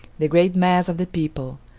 the great mass of the people,